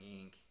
ink